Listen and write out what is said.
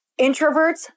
Introverts